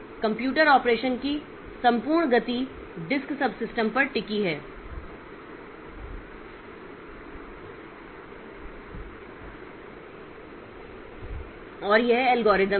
computer operation की संपूर्ण गति डिस्क सबसिस्टम पर टिकी है और यह एल्गोरिथम है